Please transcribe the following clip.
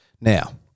Now